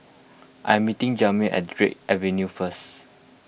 I am meeting Jamir at Drake Avenue first